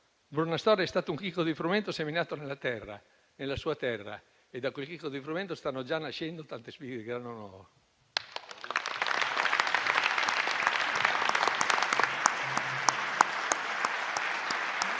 Bruno Astorre è stato un chicco di frumento seminato nella sua terra e da quel chicco di frumento stanno già nascendo tante spighe di grano nuovo.